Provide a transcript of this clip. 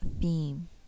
theme